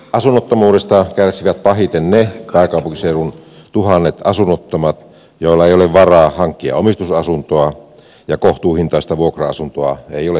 asunnottomuudesta kärsivät pahiten ne pääkaupunkiseudun tuhannet asunnottomat joilla ei ole varaa hankkia omistusasuntoa ja joille kohtuuhintaista vuokra asuntoa ei ole tarjolla